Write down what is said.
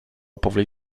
powoli